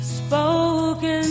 spoken